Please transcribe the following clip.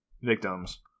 victims